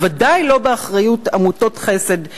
בוודאי לא באחריות עמותות חסד למיניהן.